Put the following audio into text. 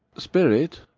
spirit,